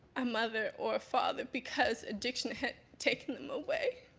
a mother or a father because addiction had taken them away.